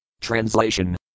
Translation